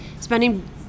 spending